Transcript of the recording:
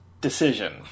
decision